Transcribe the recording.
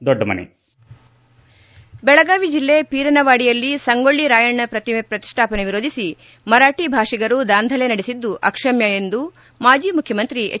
ದೊಡ್ಡಮನಿ ಬೆಳಗಾವಿ ಜಿಲ್ಲೆ ಪೀರನವಾಡಿಯಲ್ಲಿ ಸಂಗೊಳ್ಳ ರಾಯಣ್ಣ ಪ್ರತಿಮೆ ಪ್ರತಿಷ್ಠಾಪನೆ ವಿರೋಧಿಸಿ ಮರಾಠಿ ಭಾಷಿಗರು ದಾಂಧಲೆ ನಡೆಸಿದ್ದು ಅಕ್ಷಮ್ಯ ಎಂದು ಮಾಜಿ ಮುಖ್ಯಮಂತ್ರಿ ಎಚ್